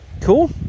Cool